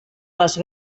les